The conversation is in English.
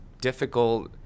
difficult